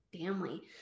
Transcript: family